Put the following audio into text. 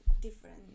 different